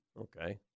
Okay